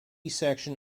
section